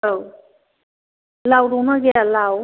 औ लाव दं ना गैया लाव